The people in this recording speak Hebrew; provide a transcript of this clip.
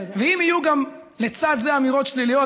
ואם יהיו גם לצד זה אמירות שליליות,